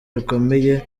rukomeye